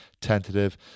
tentative